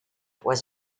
was